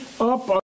up